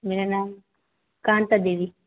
मेरा नाम कान्ता देवी